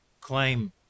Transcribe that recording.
claim